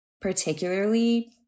particularly